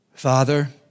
Father